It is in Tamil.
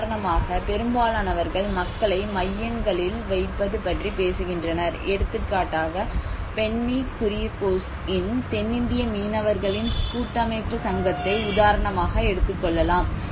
உதாரணமாக பெரும்பாலானவர்கள் மக்களை மையங்களில் வைப்பது பற்றி பேசுகின்றனர் எடுத்துக்காட்டாக பென்னி குரியகோஸ்யின் தென்னிந்திய மீனவர்களின் கூட்டமைப்பு சங்கத்தை உதாரணமாக எடுத்துக் கொள்ளலாம்